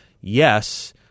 yes